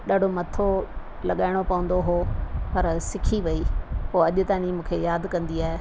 ॾाढो मथो लॻाइणो पवंदो हो पर सिखी वई पोइ अॼु ताणी मूंखे यादि कंदी आहे